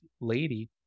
lady